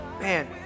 Man